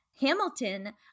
Hamilton